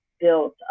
built